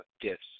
gifts